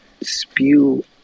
spew